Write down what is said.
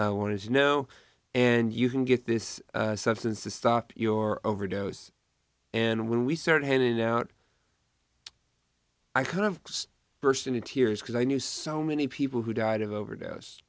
anyone wanted to know and you can get this substance to stop your overdose and when we start hanging out i kind of burst into tears because i knew so many people who died of overdose